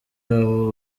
abo